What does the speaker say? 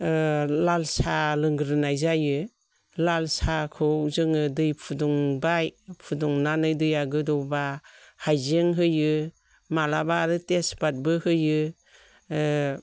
लाल साहा लोंग्रोनाय जायो लाल साहाखौ जोङो दै फुदुंबाय फुदुंनानै दैया गोदौबा हाइजें होयो माब्लाबा आरो तेजपातबो होयो